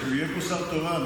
כשהוא יהיה פה שר תורן,